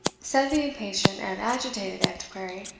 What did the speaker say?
said the impatient and agitated antiquary,